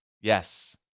Yes